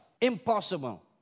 impossible